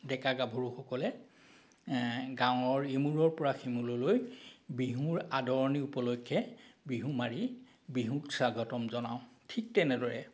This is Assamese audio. ডেকা গাভৰুসকলে গাঁৱৰ ইমূৰৰ পৰা সিমূৰলৈ বিহুৰ আদৰণি উপলক্ষে বিহু মাৰি বিহুক স্বাগতম জনাওঁঁ ঠিক তেনেদৰে